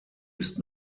ist